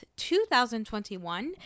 2021